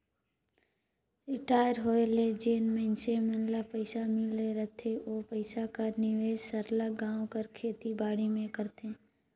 retire होए ले जेन मइनसे मन ल पइसा मिल रहथे ओ पइसा कर निवेस सरलग गाँव कर खेती बाड़ी में करथे